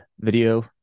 video